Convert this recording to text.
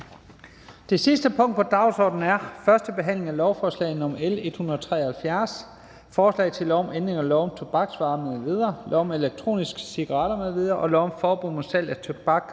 Det sidste punkt på dagsordenen er: 9) 1. behandling af lovforslag nr. L 173: Forslag til lov om ændring af lov om tobaksvarer m.v., lov om elektroniske cigaretter m.v. og lov om forbud mod salg af tobak